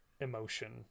emotion